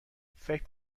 فکر